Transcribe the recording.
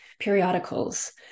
periodicals